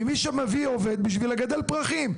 ממי שמביא עובד בשביל לגדל פרחים,